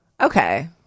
Okay